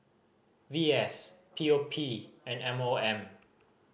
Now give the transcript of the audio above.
V S P O P and M O M